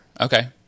Okay